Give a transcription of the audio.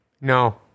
No